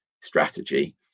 strategy